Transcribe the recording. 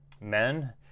Men